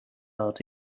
out